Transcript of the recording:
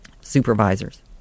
supervisors